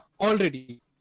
already